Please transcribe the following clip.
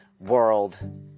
world